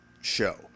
show